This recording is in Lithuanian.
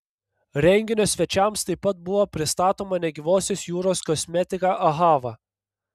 renginio svečiams taip pat buvo pristatoma negyvosios jūros kosmetika ahava